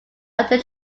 under